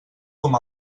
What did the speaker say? com